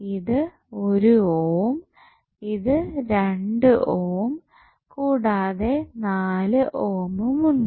ഇത് 1 ഓം ഇത് 2 ഓം കൂടാതെ 4 ഓമും ഉണ്ട്